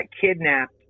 kidnapped